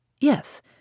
Yes